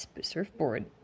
surfboard